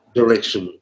direction